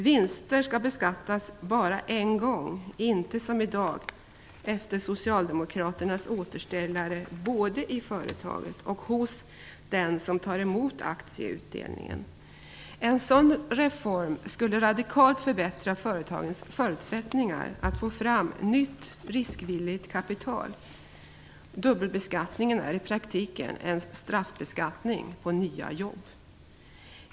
Vinster skall bara beskattas en gång, inte som i dag, efter socialdemokraternas återställare, både i företaget och hos den som tar emot aktieutdelningen. En sådan reform skulle radikalt förbättra företagens förutsättningar att få fram nytt riskvilligt kapital. Dubbelbeskattningen är i praktiken en straffbeskattning på nya jobb.